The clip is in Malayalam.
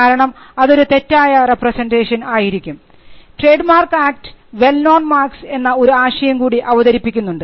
കാരണം അതൊരു തെറ്റായ റെപ്രസേൻറ്റേഷൻ ആയിരിക്കും trade mark act well known marks എന്ന ഒരു ആശയം കൂടി അവതരിപ്പിക്കുന്നുണ്ട്